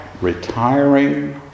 retiring